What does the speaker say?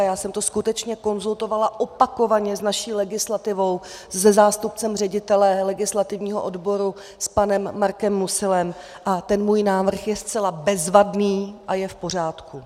Já jsem to skutečně konzultovala opakovaně s naší legislativou, se zástupcem ředitele legislativního odboru, s panem Markem Musilem, a ten můj návrh je zcela bezvadný a je v pořádku.